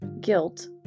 guilt